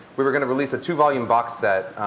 we were going to release a two volume box set.